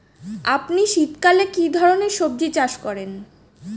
আপনি শীতকালে কী ধরনের সবজী চাষ করেন?